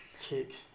chicks